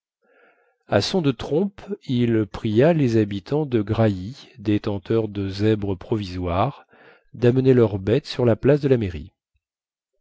à son de trompe il pria les habitants de grailly détenteurs de zèbres provisoires damener leurs bêtes sur la place de la mairie